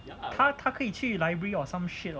他他可以去 library or some shit or